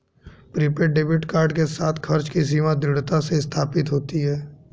prepaid debit card के साथ, खर्च की सीमा दृढ़ता से स्थापित होती है